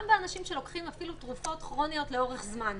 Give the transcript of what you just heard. גם באנשים שלוקחים למשל תרופות כרוניות לאורך זמן.